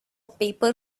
paper